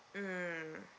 mm